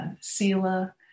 sila